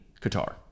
Qatar